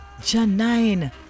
Janine